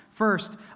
First